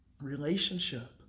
Relationship